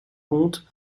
compte